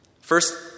First